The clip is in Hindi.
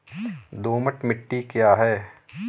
दोमट मिट्टी क्या है?